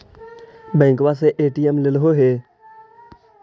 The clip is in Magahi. बैंकवा से ए.टी.एम लेलहो है?